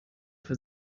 für